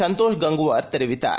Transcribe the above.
சந்தோஷ்கங்வார்தெரிவித்தார்